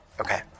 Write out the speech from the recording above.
Okay